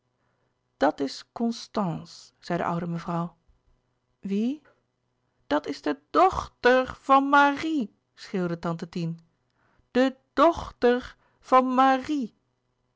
dat is constance zei de oude mevrouw wie dat is de dchter van marie schreeuwde tante tien de dochter van marie